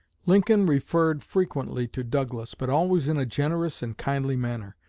lincoln referred frequently to douglas, but always in a generous and kindly manner.